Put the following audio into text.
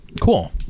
Cool